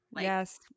yes